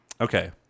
Okay